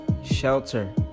Shelter